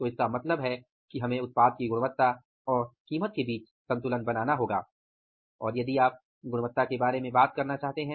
तो इसका मतलब है कि हमें उत्पाद की गुणवत्ता और कीमत के बीच संतुलन बनाना होगा और यदि आप गुणवत्ता के बारे में बात करना चाहते हैं